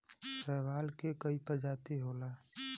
शैवाल के कई प्रजाति होला